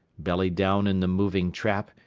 belly down in the moving trap,